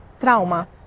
trauma